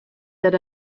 that